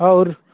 ହେଉ